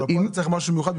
אבל פה צריך משהו מיוחד,